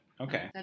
okay